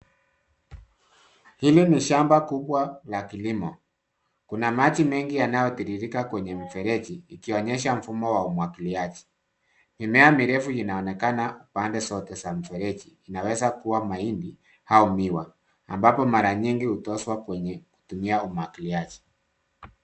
Hili ni shamba kubwa la kilimo. Kuna maji mengi yanayotiririka kwenye mfereji ikionyesha mfumo wa umwagiliaji. Mimea mirefu inaonekana upande zote za mifereji. Inaweza kuwa maini au miwa ambapo mara nyingi utoswa kwenye kutumia umwagiliaji.